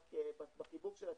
רק בחיבור של הצינור,